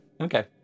Okay